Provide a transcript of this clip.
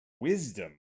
Wisdom